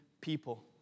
people